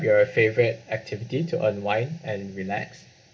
your favourite activity to unwind and relax